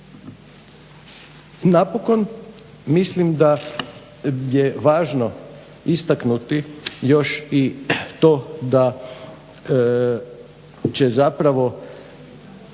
Napokon mislim da je važno istaknuti još i to da će zapravo